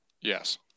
Yes